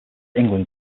england